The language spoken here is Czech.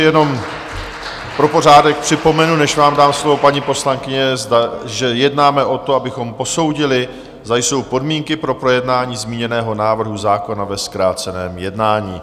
Jenom pro pořádek připomenu, než vám dám slovo, paní poslankyně, že jednáme o tom, abychom posoudili, zda jsou podmínky pro projednání zmíněného návrhu zákona ve zkráceném jednání.